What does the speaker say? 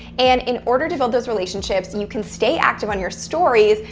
and, in order to build those relationships, and you can stay active on your stories,